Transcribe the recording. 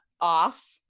off